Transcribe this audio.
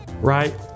right